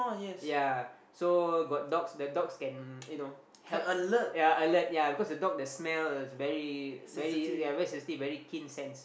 yea so got dogs the dogs can you know help yea alert yea because the dog the smell very very yea very sensitive very keen sense